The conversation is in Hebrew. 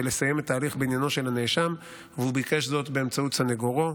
לסיים את ההליך בעניינו של הנאשם והוא ביקש זאת באמצעות סנגורו.